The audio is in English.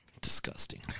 Disgusting